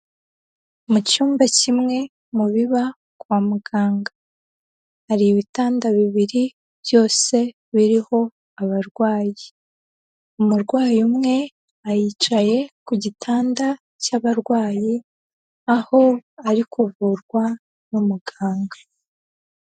Mu cyumba kimwe, mu biba kwa muganga, hari ibitanda bibiri byose biriho abarwayi, umurwayi umwe aricaye ku gitanda cy'abarwayi, aho ari kuvurwa n'umuganga.